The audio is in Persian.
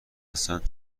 هستند